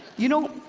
you know,